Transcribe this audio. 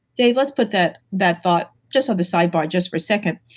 dave, let's put that that thought just on the sidebar just for a second.